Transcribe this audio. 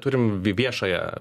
turim viešąją